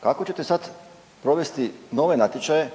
Kako ćete sad provesti nove natječaje,